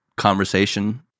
conversation